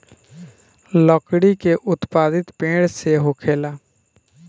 लकड़ी के उत्पति पेड़ से होखेला